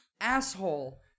asshole